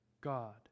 God